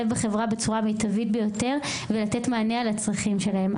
בחברה בצורה המיטבית ביותר ולתת מענה לצרכים שלהם.